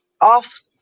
off